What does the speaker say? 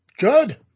Good